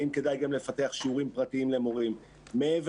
האם כדאי גם לפתח שיעורים פרטיים למורים מעבר